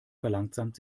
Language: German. verlangsamt